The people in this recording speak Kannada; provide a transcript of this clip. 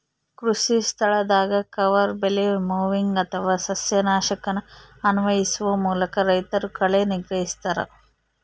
ಕೃಷಿಸ್ಥಳದಾಗ ಕವರ್ ಬೆಳೆ ಮೊವಿಂಗ್ ಅಥವಾ ಸಸ್ಯನಾಶಕನ ಅನ್ವಯಿಸುವ ಮೂಲಕ ರೈತರು ಕಳೆ ನಿಗ್ರಹಿಸ್ತರ